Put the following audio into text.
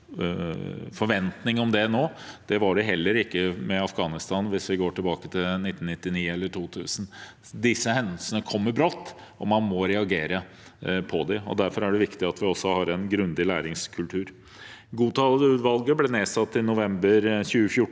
forventning om det nå, var det heller ikke det med Afghanistan hvis vi går tilbake til 1999 eller 2000. Disse hendelsene kommer brått, og man må reagere på dem. Derfor er det viktig at vi også har en grundig læringskultur. Godal-utvalget ble nedsatt i november 2014